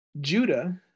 Judah